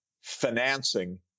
financing